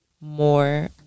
more